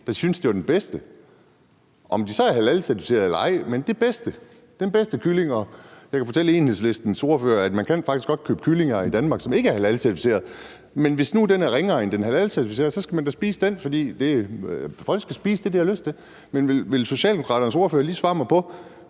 de synes var de bedste, om de så var halalcertificerede eller ej, altså det bedste, den bedste kylling osv.? Jeg kan fortælle Enhedslistens ordfører, at man faktisk godt kan købe kyllinger i Danmark, som ikke er halalcertificerede. Men hvis nu den er ringere end den halalcertificerede, skal man da spise den, for folk skal spise det, de har lyst til. Vil Socialdemokraternes ordfører lige svare på,